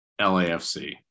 LAFC